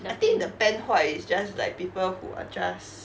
I think the pen 坏 is just like people who are just